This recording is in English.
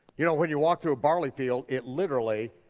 you know, when you walk through a barley field, it literally,